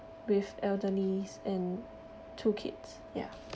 with elderlies and two kids ya